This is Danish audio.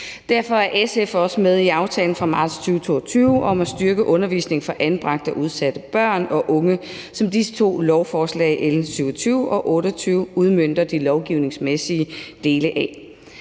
Derfor er SF også med i aftalen fra marts 2022 om at styrke undervisningen for anbragte og udsatte børn og unge, som disse to lovforslag, L 27 og L 28, udmønter de lovgivningsmæssige dele af.